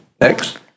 Next